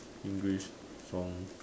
English song